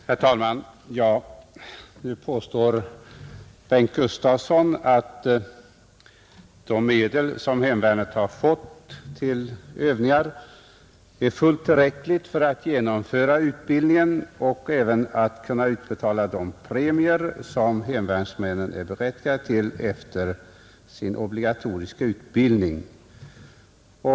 Herr talman! Nu påstår herr Gustavsson i Eskilstuna att de medel som hemvärnet har fått till övningar är fullt tillräckliga för att genomföra utbildningen och utbetala de premier som hemvärnsmännen är berättigade till efter sin obligatoriska utbildning.